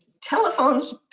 Telephones